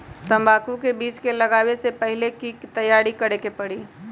तंबाकू के बीज के लगाबे से पहिले के की तैयारी करे के परी?